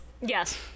Yes